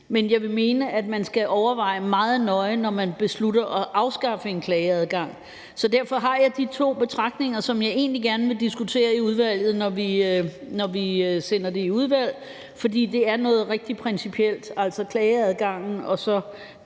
Men jeg vil mene, at man skal overveje det meget nøje, før man beslutter at afskaffe en klageadgang. Derfor har jeg de to betragtninger, som jeg egentlig gerne vil diskutere i udvalget, når vi sender det derhen. For det er noget rigtig principielt, altså klageadgangen og det